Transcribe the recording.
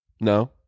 No